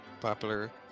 popular